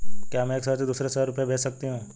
क्या मैं एक शहर से दूसरे शहर रुपये भेज सकती हूँ?